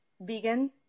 vegan